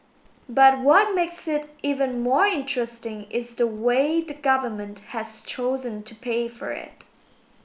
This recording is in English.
but what makes it even more interesting is the way the Government has chosen to pay for it